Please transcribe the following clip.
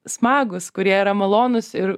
smagūs kurie yra malonūs ir